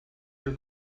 your